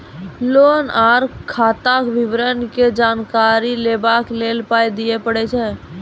Loan आर खाताक विवरण या जानकारी लेबाक लेल पाय दिये पड़ै छै?